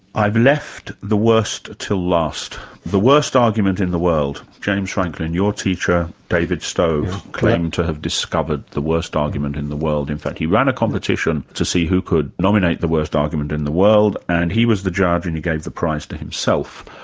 i've left the worst till last, the worst argument in the world. james franklin, your teacher david stove claimed to have discovered the worst argument in the world. in fact, he ran a competition to see who could nominate the worst argument in the world and he was the judge and he gave the prize to himself.